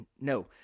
no